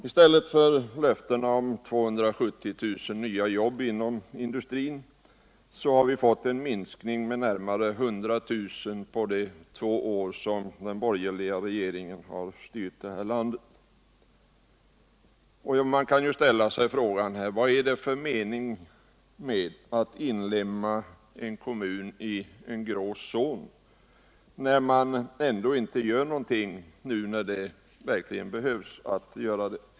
I stället för ett infriande av löftena om 270 000 nya jobb inom industrin, har vi fått en minskning med närmare 100 000 jobb under de två år som den borgerliga regeringen har styrt det här landet. Man kan i det här sammanhanget ställa sig frågan: Vad är det för mening med att inlemma en kommun i den grå zonen när man ändå inte gör någonting där när det verkligen behövs?